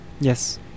yes